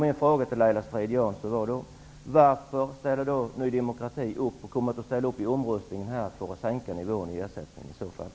Min fråga till Laila Strid-Jansson var då: Varför ställer i så fall Ny demokrati upp i omröstningen här för att sänka ersättningsnivån?